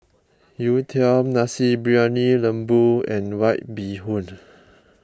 Youtiao Nasi Briyani Lembu and White Bee Hoon